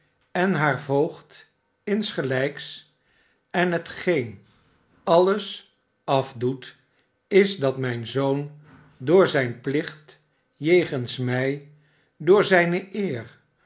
en haar voogdinsgelijks en hetgeen alles afdoet is dat mijn zoon door zijn plicht jegens mij door zijne eer